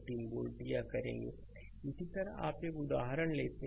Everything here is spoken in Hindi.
स्लाइड समय देखें 2019 इसी तरह आप एक उदाहरण लेते हैं